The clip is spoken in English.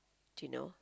do know